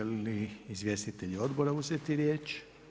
li izvjestitelji odbora uzeti riječ?